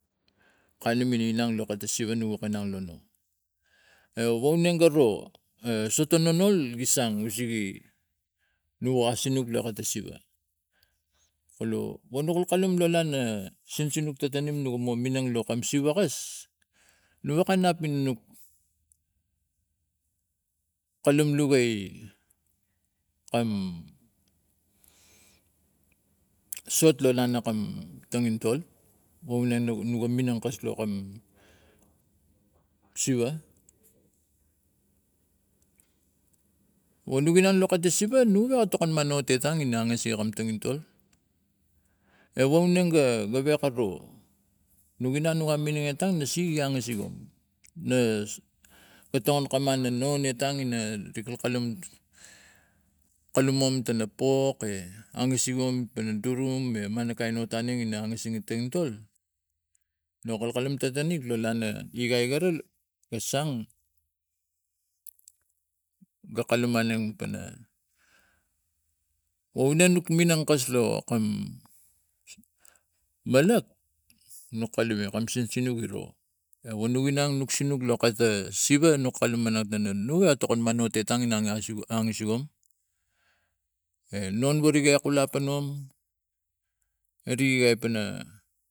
Kalume inang lo kata siva no gi wok anang lo no a wo neng ga ro a soto nonol gi sang no sege no asinuk lo kata siva kolo wok nok kalume sinsinuk tatanim no woka kanap ina nuk kal um la wai sot lo lana kam tongintol wonge ga minang kas lo kam siva wo no gi nang la siva no ga tokon man etang ina angasik ekam tongintol a woneng ga gewak aro nogi nang no ga minang etang na sege wo angasik nu na tong kamam na nong etang rikalkal lum kulumam tana poke angasik mam pana surum e mana kain hot anem in angasik kam tongintol no akai kalum tana nik lo lana igai gara ga sang aga kalum maneng pana woneng nuk minang akas lo malak no kalume kam sinuk giro a no gi nang nok sinsinuk lo kata siva no no kalum manang tana no ga tokon manot etan in gasi hong enon wari gae kulap a nom eri ap pana.